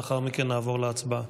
לאחר מכן נעבור להצבעה.